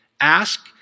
Ask